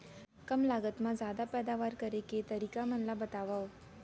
कम लागत मा जादा पैदावार करे के तरीका मन ला बतावव?